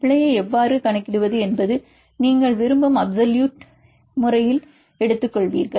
பிழையை எவ்வாறு கணக்கிடுவது என்பது நீங்கள் விரும்பும் அபிசொலுட் நீங்கள் எடுத்துக்கொள்வீர்கள்